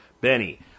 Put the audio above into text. Benny